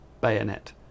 bayonet